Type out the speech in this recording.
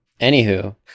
Anywho